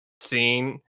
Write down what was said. scene